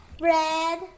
red